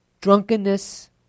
drunkenness